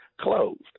closed